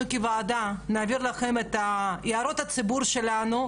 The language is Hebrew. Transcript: אנחנו כוועדה נעביר לכם את הערות הציבור שלנו,